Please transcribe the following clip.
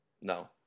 No